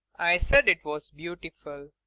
i said it was beautiful.